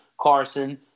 Carson